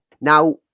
Now